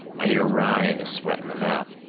i hear ryan is sweating them out,